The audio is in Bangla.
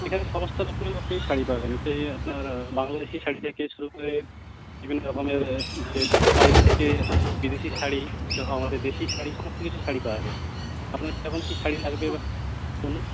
এখানে সমস্ত রকমের আপনি শাড়ি পাবেন সে আপনার বাংলাদেশি শাড়ি থেকে শুরু করে বিভিন্ন রকমের যে বাইরে থেকে বিদেশি শাড়ি আমাদের দেশি শাড়ি সমস্ত কিছু শাড়ি পাওয়া যাবে আপনার কীরকম কী শাড়ি লাগবে বা বলুন